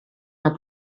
una